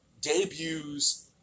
debuts